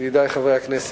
ידידי חברי הכנסת,